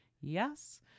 Yes